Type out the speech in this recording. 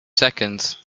seconds